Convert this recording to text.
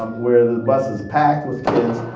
um where the bus is packed with kids,